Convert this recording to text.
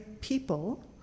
people